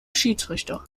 schiedsrichter